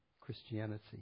Christianity